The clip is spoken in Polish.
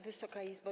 Wysoka Izbo!